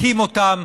מכים אותם,